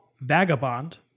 vagabond